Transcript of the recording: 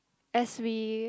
as we